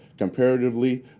comparatively,